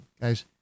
Guys